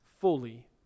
fully